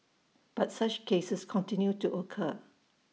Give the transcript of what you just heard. but such cases continue to occur